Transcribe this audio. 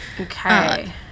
Okay